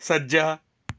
ਸੱਜਾ